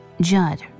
Judd